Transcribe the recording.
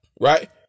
Right